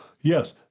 yes